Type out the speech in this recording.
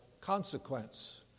consequence